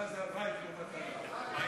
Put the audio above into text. מה זה הבית לעומת הר-הבית?